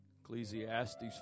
Ecclesiastes